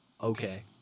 okay